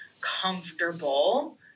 comfortable